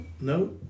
no